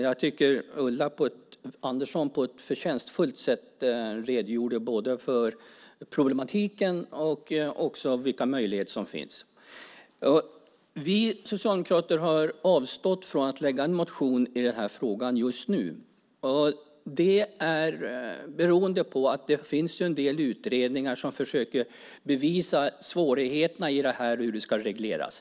Jag tycker att Ulla Andersson på ett förtjänstfullt sätt redogjorde både för problematiken och för vilka möjligheter som finns. Vi socialdemokrater har avstått från att väcka någon motion i frågan just nu. Det beror på att det finns en del utredningar som försöker bevisa svårigheterna i hur det här ska regleras.